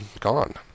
gone